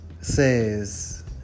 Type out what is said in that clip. Says